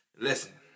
Listen